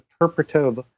interpretive